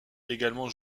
également